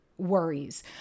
worries